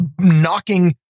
knocking